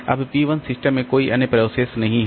अब P1 system में कोई अन्य प्रोसेस नहीं है